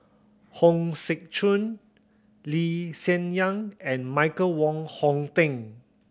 Hong Sek Chern Lee Hsien Yang and Michael Wong Hong Teng